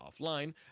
offline